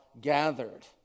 gathered